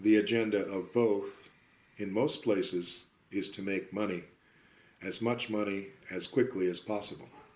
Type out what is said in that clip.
the agenda of both in most places is to make money as much money as quickly as possible